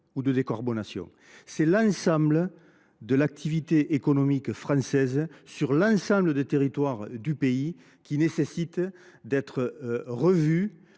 ou à la décarbonation. C’est l’ensemble de l’activité économique française, sur l’ensemble des territoires, qui doit être revue